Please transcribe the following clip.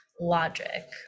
logic